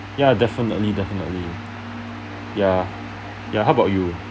ya definitely definitely ya ya how about you